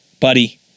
buddy